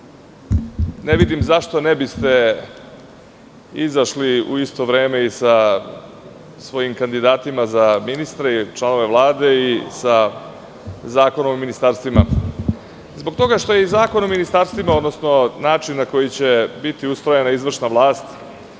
ne vidim zašto ne biste izašli u isto vreme i sa svojim kandidatima za ministre, članove Vlade i sa Zakonom o ministarstvima. Zbog toga što je i Zakon o ministarstvima, odnosno način na koji će biti ustrojena izvršna vlast,